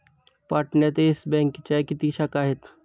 पाटण्यात येस बँकेच्या किती शाखा आहेत?